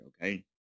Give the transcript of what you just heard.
okay